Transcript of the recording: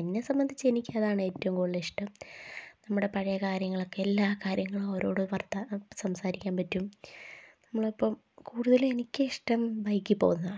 എന്നെ സംബന്ധിച്ച് എനിക്കതാണ് ഏറ്റവും കൂടുതല് ഇഷ്ടം നമ്മുടെ പഴയ കാര്യങ്ങളക്കെ എല്ലാ കാര്യങ്ങളും അവരോട് സംസാരിക്കാൻ പറ്റും നമ്മളിപ്പോള് കൂടുതല് എനിക്കിഷ്ടം ബൈക്കില് പോകുന്നതാണ്